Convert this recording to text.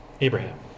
Abraham